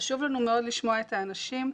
חשוב לנו מאוד לשמוע את האנשים.